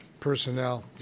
personnel